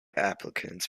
applicants